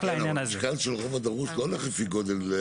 אבל המשקל של הרוב הדרוש, לא הולך לפי גודל.